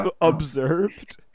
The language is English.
Observed